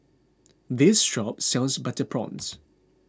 this shop sells Butter Prawns